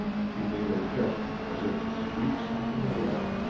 she made a gesture as if to sweep something away.